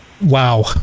Wow